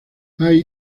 hay